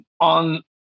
on